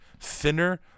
thinner